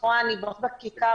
אני רוצה להודות לך על ההבנה,